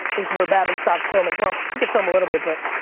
is where babin stops filming. well, you could film a little bit. but